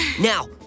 Now